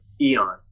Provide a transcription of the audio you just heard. eon